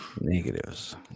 Negatives